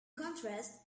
contrast